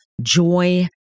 joy